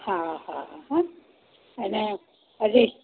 હા હા હોન એને હજી